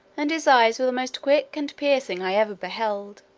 and his eyes were the most quick and piercing i ever beheld.